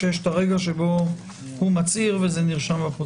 שיש הרגע שהוא מצהיר וזה נרשם בפרוטוקול.